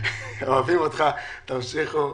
אוהבים אתכם, תמשיכו.